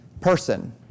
person